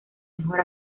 mejor